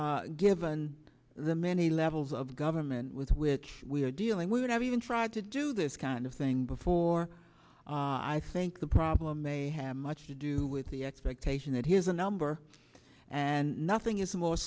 given the many levels of government with which we are dealing with and have even tried to do this kind of thing before i think the problem may have much to do with the expectation that here's a number and nothing is more